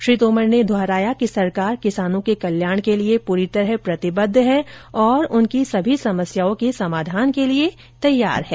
श्री तोमर ने दोहराया कि सरकार किसानों के कल्याण के लिए पूरी तरह प्रतिबद्ध है और उनकी सभी समस्याओं के समाधान के लिए तैयार है